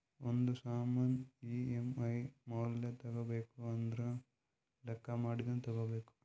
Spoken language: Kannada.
ಒಂದ್ ಸಾಮಾನ್ ಇ.ಎಮ್.ಐ ಮ್ಯಾಲ ತಗೋಬೇಕು ಅಂದುರ್ ಲೆಕ್ಕಾ ಮಾಡಿನೇ ತಗೋಬೇಕು